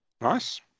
Nice